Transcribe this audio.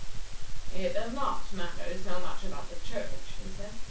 it does not matter so much about the church, he said,